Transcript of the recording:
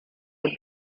have